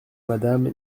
madame